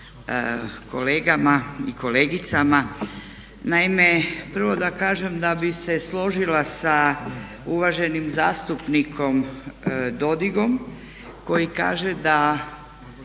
kolegama i kolegicama. Naime, prvo da kažem da bih se složila sa uvaženim zastupnikom Dodigom koji kaže da